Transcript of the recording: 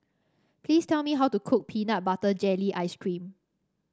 please tell me how to cook Peanut Butter Jelly Ice cream